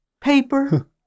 Paper